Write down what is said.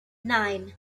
nine